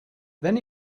then